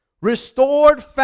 Restored